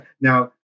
Now